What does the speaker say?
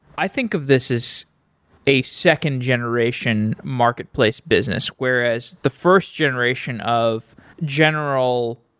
i think of this as a second generation marketplace business whereas the first generation of general,